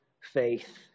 faith